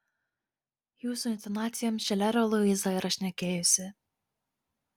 jūsų intonacijom šilerio luiza yra šnekėjusi